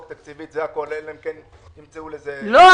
תקציבית אלא אם כן ימצאו לזה- -- לא,